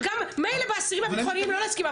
מילא באסירים הביטחוניים לא להסכים,